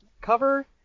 Cover